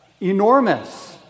Enormous